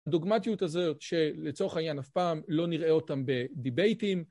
הדוגמטיות הזאת שלצורך העניין אף פעם לא נראה אותן בדיבייטים